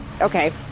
Okay